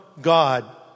God